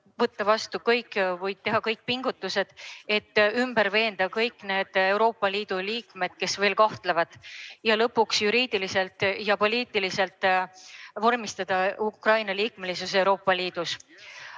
Palun teid juba täna teha kõik pingutused, et ümber veenda kõik need Euroopa Liidu liikmed, kes veel kahtlevad, ja lõpuks juriidiliselt ja poliitiliselt vormistada Ukraina liikmesus Euroopa Liidus.